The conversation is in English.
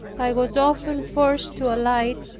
i was often forced to alight,